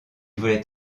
voulait